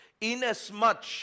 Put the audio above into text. inasmuch